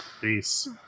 Peace